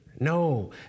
No